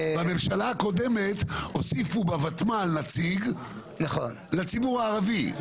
בממשלה הקודמת הוסיפו בוותמ"ל נציג לציבור הערבי,